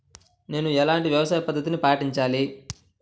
నేను ఎలాంటి వ్యవసాయ పద్ధతిని పాటించాలి?